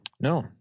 No